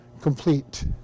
complete